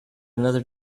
another